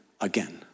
again